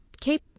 keep